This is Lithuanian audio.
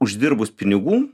uždirbus pinigų